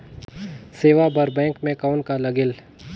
सेवा बर बैंक मे कौन का लगेल?